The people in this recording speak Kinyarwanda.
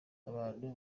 abantu